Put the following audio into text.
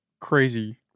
crazy